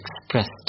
expressed